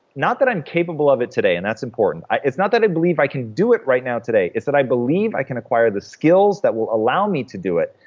not that i'm capable of it today, and that's important it's not that i believe i can do it right now, today. it's that i believe i can acquire the skills that will allow me to do it,